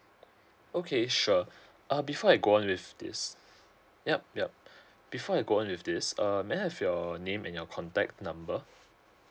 okay sure uh before I go on with this yup yup before I go on with this um may I have your name and your contact number